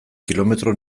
kilometro